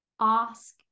ask